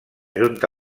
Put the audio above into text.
junta